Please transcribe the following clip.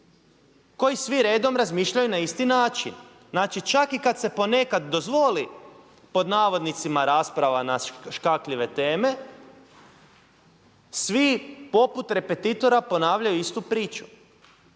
koji sve redom razmišljaju na isti način. Znači čak i kada se ponekad dozvoli „rasprava na škakljive teme“ svi poput repetitora ponavljaju istu priču.